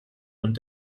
und